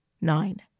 Nine